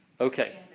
Okay